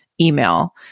email